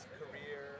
career